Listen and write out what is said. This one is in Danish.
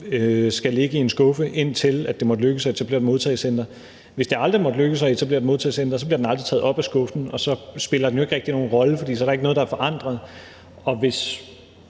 skal ligge i en skuffe, indtil det måtte lykkes at etablere et modtagecenter. Hvis det aldrig måtte lykkes at etablere et modtagecenter, bliver den aldrig taget op af skuffen, og så spiller den jo ikke rigtig nogen rolle, for så er der ikke noget, der er forandret. Hvis